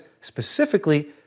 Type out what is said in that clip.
specifically